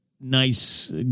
Nice